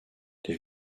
les